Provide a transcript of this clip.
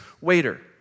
waiter